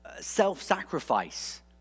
self-sacrifice